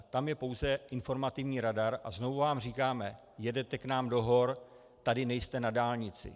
Tam je pouze informativní radar a znovu vám říkáme: Jedete k nám do hor, tady nejste na dálnici.